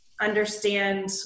understand